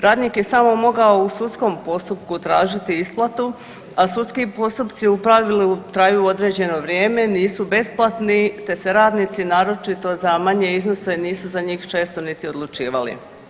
Radnik je samo mogao u sudskom postupku tražiti isplatu, a sudski postupci u pravilu traju određeno vrijeme, nisu besplatni te se radnici naročito za manje iznose nisu za njih često niti odlučivali.